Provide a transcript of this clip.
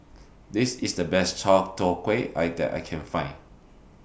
This IS The Best Chai Tow Kuay that I Can Find